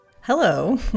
Hello